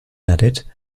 added